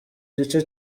gice